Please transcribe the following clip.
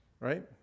Right